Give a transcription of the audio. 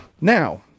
Now